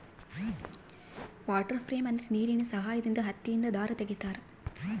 water frame ಅಂದ್ರೆ ನೀರಿನ ಸಹಾಯದಿಂದ ಹತ್ತಿಯಿಂದ ದಾರ ತಗಿತಾರ